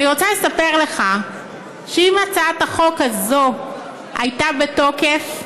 אני רוצה לספר לך שאם הצעת החוק הזאת הייתה בתוקף,